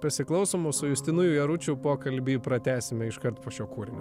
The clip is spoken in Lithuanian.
pasiklausom o su justinu jaručiu pokalbį pratęsime iškart po šio kūrinio